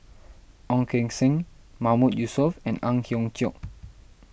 Ong Keng Sen Mahmood Yusof and Ang Hiong Chiok